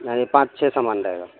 نہیں نہیں پانچ چھ سامان رہے گا